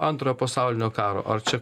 antrojo pasaulinio karo ar čia